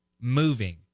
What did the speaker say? moving